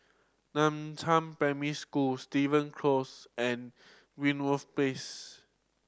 Nan Primary School Steven Close and Greenwoods Place